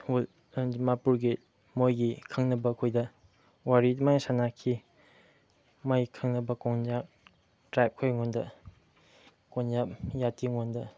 hall ꯗꯤꯃꯥꯄꯨꯔꯒꯤ ꯃꯣꯏꯒꯤ ꯈꯪꯅꯕ ꯃꯈꯣꯏꯗ ꯋꯥꯔꯤ ꯑꯗꯨꯃꯥꯏꯅ ꯁꯥꯟꯅꯈꯤ ꯃꯣꯏ ꯈꯪꯅꯕ ꯀꯣꯟꯌꯥꯛ ꯇ꯭ꯔꯥꯏꯞꯈꯣꯏ ꯂꯣꯟꯗ ꯀꯣꯟꯌꯥꯛ ꯖꯥꯇꯤꯉꯣꯟꯗ